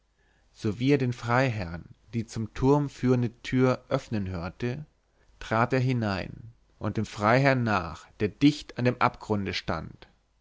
sowie er den freiherrn die zum turm führende tür öffnen hörte trat er hinein und dem freiherrn nach der dicht an dem abgrunde stand